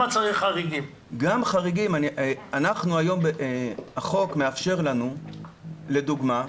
גם חריגים החוק היום מאפשר לנו לדוגמה: